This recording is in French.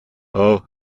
haut